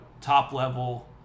top-level